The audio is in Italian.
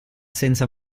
senza